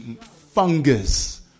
Fungus